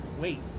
wait